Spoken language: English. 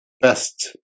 best